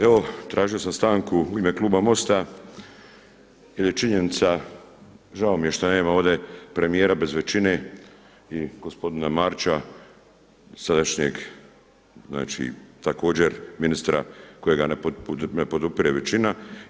Evo tražio sam stanku u ime kluba MOST-a jer je činjenica, žao mi je što nema ovdje premijera bez većine i gospodina Marića, sadašnjeg znači također ministra kojega ne podupire većina.